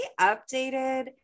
updated